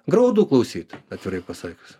graudu klausyt atvirai pasakius